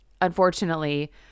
unfortunately